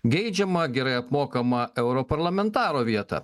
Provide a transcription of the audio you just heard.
geidžiamą gerai apmokamą europarlamentaro vietą